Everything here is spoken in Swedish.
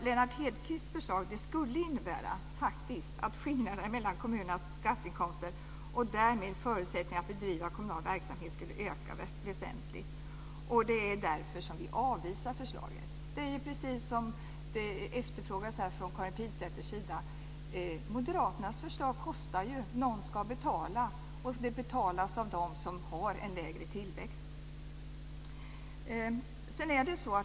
Lennart Hedquists förslag skulle faktiskt innebära att skillnaderna mellan kommunernas skatteinkomster, och därmed förutsättningarna att bedriva kommunal verksamhet, skulle öka väsentligt. Därför avvisar vi förslaget. Det är precis det som efterfrågas från Karin Pilsäter. Moderaternas förslag kostar ju, och någon ska betala, och det betalas av dem som har en lägre tillväxt.